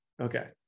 Okay